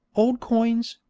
old coins,